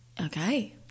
Okay